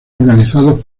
organizadas